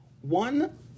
One